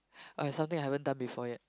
I have something I haven't done before yet